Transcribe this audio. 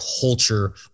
culture